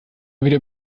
mal